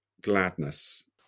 gladness